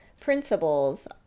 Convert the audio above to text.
principles